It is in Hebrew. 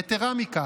יתרה מזו,